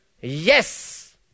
yes